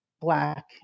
Black